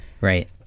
Right